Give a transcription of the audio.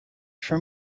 for